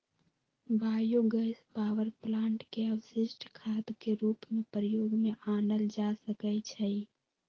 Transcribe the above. bio gas power plant के अपशिष्ट खाद के रूप में प्रयोग में आनल जा सकै छइ